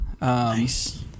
Nice